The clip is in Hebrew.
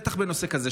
בטח בנושא כזה,